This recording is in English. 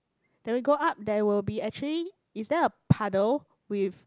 then we go up there will be actually is there a puddle with